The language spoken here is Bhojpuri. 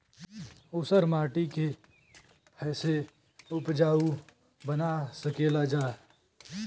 ऊसर माटी के फैसे उपजाऊ बना सकेला जा?